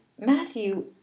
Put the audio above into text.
Matthew